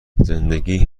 زندگی